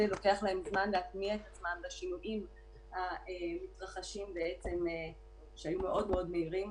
לוקח להם זמן להתניע את עצמם בשינויים המתרחשים שהיו מאוד-מאוד מהירים.